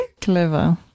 Clever